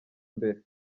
imbere